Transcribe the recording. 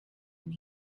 and